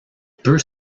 peut